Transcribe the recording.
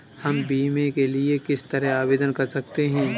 हम बीमे के लिए किस तरह आवेदन कर सकते हैं?